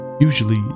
Usually